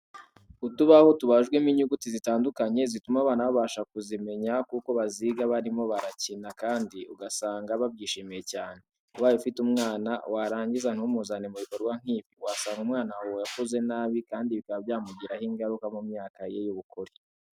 Utubaho tubajwemo inyuguti zitandukanye zituma abana babasha kuzimenya kuko baziga barimo barakina kandi usanga babyishimiye cyane. Ubaye ufite umwana warangiza ntumuzane mu bikorwa nk'ibi ,wasanga umwana wawe akuze nabi kandi bikaba byazamugiraho ingaruka mu myaka ye y'ubukure.